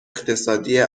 اقتصادی